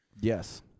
Yes